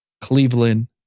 Cleveland